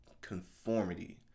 conformity